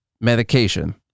medication